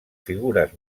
figures